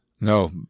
No